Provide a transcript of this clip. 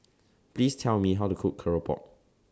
Please Tell Me How to Cook Keropok